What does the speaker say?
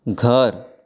घर